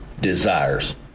desires